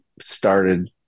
started